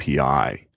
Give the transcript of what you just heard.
API